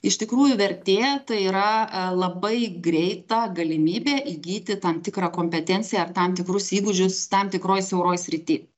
iš tikrųjų vertė tai yra labai greita galimybė įgyti tam tikrą kompetenciją ar tam tikrus įgūdžius tam tikroj siauroj srity